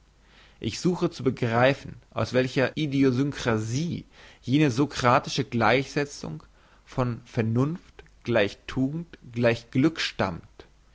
ich suche zu begreifen aus welcher idiosynkrasie jene sokratische gleichsetzung von vernunft tugend glück stammt